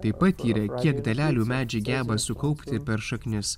taip pat tyrė medžiai geba sukaupti per šaknis